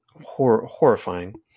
horrifying